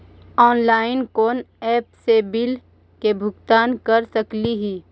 Online कोन app से bill के भुगतान कर सकली ही?